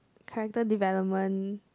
character development